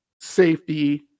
safety